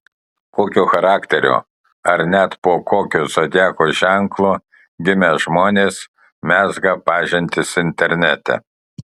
kokio charakterio ar net po kokiu zodiako ženklu gimę žmonės mezga pažintis internete